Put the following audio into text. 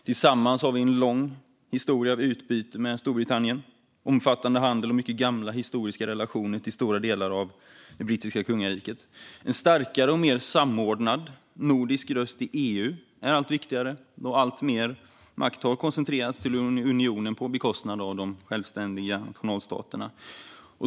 Tillsammans har vi en lång historia av utbyte med Storbritannien, omfattande handel och mycket gamla historiska relationer till stora delar av det brittiska kungariket. En starkare och mer samordnad nordisk röst i EU blir allt viktigare, då alltmer makt har koncentrerats till unionen på bekostnad av de självständiga nationalstaterna.